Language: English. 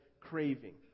Craving